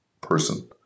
person